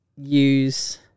use